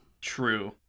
True